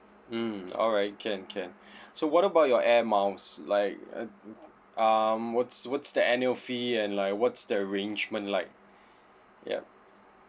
mm alright can can so what about your air miles like uh um what's what's the annual fee and like what's the arrangement like yup